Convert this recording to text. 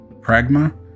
Pragma